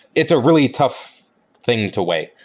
it's a really tough thing to weigh.